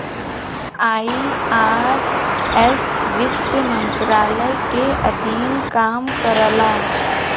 IRS वित्त मंत्रालय के अधीन काम करला